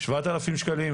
7,000 שקלים,